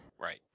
Right